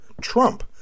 Trump